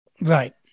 right